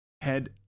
Head